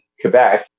Quebec